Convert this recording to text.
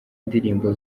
indirimbo